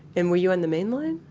and were you on the main line?